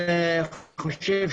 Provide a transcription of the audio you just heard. חשוב מאוד,